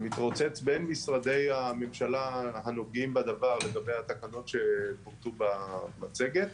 שמתרוצץ בין משרדי הממשלה הנוגעים בדבר לגבי התקנות שפורטו במצגת,